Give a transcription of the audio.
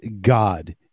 God